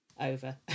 over